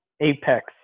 apex